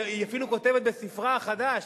היא אפילו כותבת בספרה החדש,